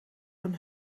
een